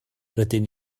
rydyn